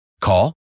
Call